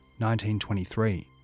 1923